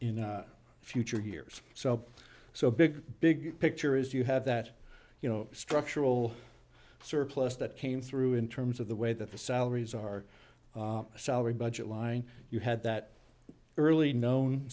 future years so so big big picture is you have that you know structural surplus that came through in terms of the way that the salaries are salary budget line you had that early known